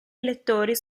elettori